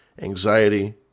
anxiety